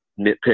nitpick